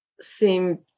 seem